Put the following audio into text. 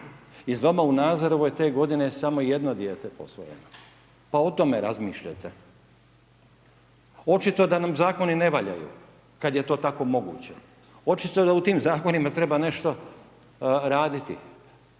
Iz doma u Nazorovoj te godine, samo jedno dijete je posvojeno, pa o tome razmišljajte. Očito da nam Zakoni ne valjaju kada je to tako moguće, očito da u tim Zakonima treba nešto raditi,